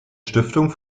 stiftung